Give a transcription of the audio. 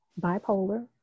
bipolar